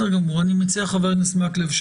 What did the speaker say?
אני מציע לחבר הכנסת מקלב,